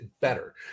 better